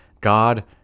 god